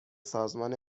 سازمان